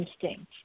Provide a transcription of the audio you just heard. instinct